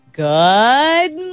good